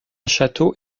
château